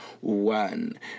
one